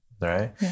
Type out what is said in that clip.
right